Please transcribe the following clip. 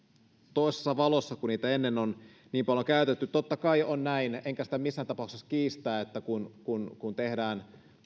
toisessa valossa vaikka niitä ennen on niin paljon käytetty totta kai on näin enkä sitä missään tapauksessa kiistä että kun kun tehdään